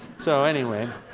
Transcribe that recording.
so, anyway,